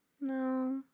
No